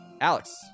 alex